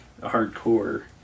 hardcore